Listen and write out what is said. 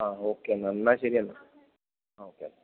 ആ ഓക്കേ എന്നാൽ എന്നാൽ ശരി എന്നാൽ ആ ഓക്കെ എന്നാൽ